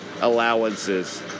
allowances